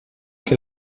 que